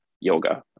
yoga